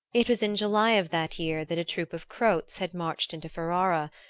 it was in july of that year that a troop of croats had marched into ferrara,